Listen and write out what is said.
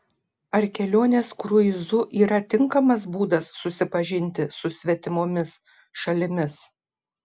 ar kelionės kruizu yra tinkamas būdas susipažinti su svetimomis šalimis